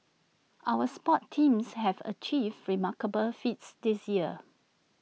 our sports teams have achieved remarkable feats this year